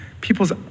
People's